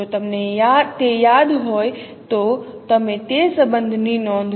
જો તમને તે યાદ હોય તો તમે તે સંબંધની નોંધ લો